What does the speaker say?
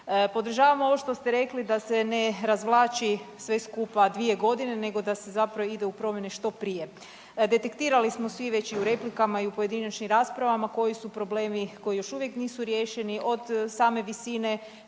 Podržavam ovo što ste rekli, da se ne razvlači sve skupa 2 godine nego da se zapravo ide u promjene što prije. Detektirali smo svi već i u replikama i u pojedinačnim raspravama koji su problemi koji još uvijek nisu riješeni, od same visine